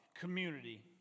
community